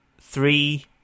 three